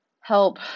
help